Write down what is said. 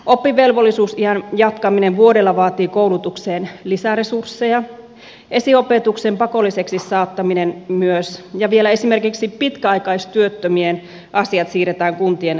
oppivelvollisuusiän jatkaminen vuodella vaatii koulutukseen lisäresursseja esiopetuksen pakolliseksi saattaminen myös ja vielä esimerkiksi pitkäaikaistyöttömien asiat siirretään kuntien vastuulle